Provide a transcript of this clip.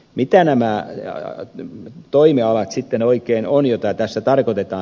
mitä nämä toimialat sitten oikein ovat joita tässä tarkoitetaan